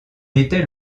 était